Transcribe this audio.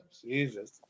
Jesus